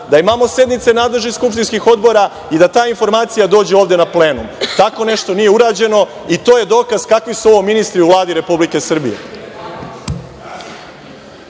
da imamo sednice nadležnih skupštinskih odbora i da ta informacija dođe ovde na plenum. Tako nešto nije urađeno i to je dokaz kakvi su ovo ministri u Vladi Republike Srbije.